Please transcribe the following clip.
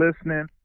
listening